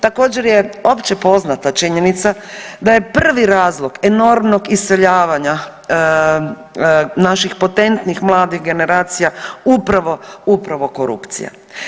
Također je općepoznata činjenica je prvi razlog enormnog iseljavanja naših potentnih mladih generacija upravo korupcija.